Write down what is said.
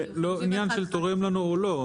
זה לא עניין של תורם לנו או לא,